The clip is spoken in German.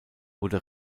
wurde